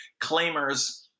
claimers